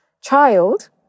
child